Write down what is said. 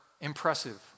impressive